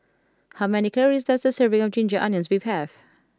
how many calories does a serving of Ginger Onions Beef have